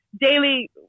daily